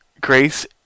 Grace